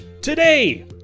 Today